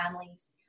families